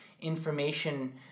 information